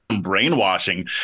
brainwashing